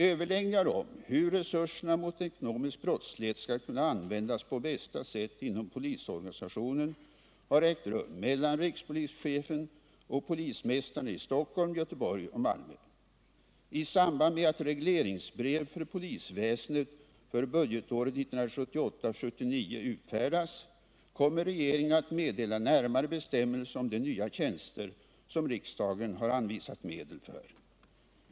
Överläggningar om hur resurserna mot ekonomisk brottslighet skall kunna användas på bästa sätt inom polisorganisationen har ägt rum mellan rikspolischefen och polismästarna i Stockholm, Göteborg och Malmö. I samband med att regleringsbrev för polisväsendet för budgetåret 1978/79 utfärdas kommer regeringen att meddela närmare bestämmelser om de nya tjänster som riksdagen har anvisat medel för.